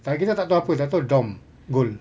tak kita tak tahu apa tak tahu